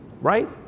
right